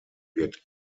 wird